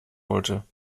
wollte